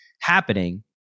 happening